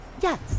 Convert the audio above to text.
Yes